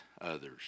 others